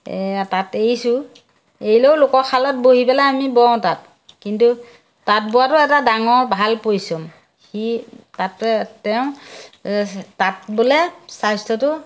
এইয়া তাঁত এৰিছোঁ এৰিলেও লোকৰ শালত বহি পেলাই আমি বওঁ তাত কিন্তু তাঁত বোৱাটো এটা ডাঙৰ ভাল পৰিশ্ৰম সি তাতে তেওঁ তাঁত বোলে স্বাস্থ্যটো